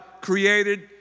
created